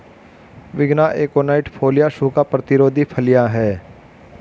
विग्ना aconitifolia सूखा प्रतिरोधी फलियां हैं